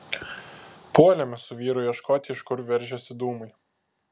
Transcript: puolėme su vyru ieškoti iš kur veržiasi dūmai